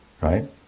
right